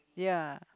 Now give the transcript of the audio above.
yeah